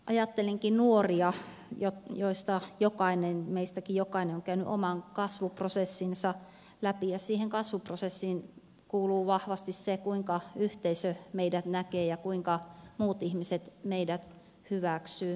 ajattelinkin nuoria joista jokainen meistäkin jokainen on käynyt oman kasvuprosessinsa läpi ja siihen kasvuprosessiin kuuluu vahvasti se kuinka yhteisö meidät näkee ja kuinka muut ihmiset meidät hyväksyvät